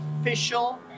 official